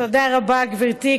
תודה רבה, גברתי.